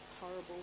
horrible